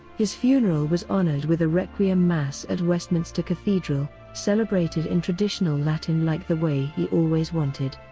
his funeral was honored with a requiem mass at westminster cathedral celebrated in traditional latin like the way he always wanted.